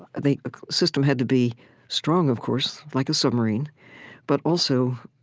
the system had to be strong, of course, like a submarine but also,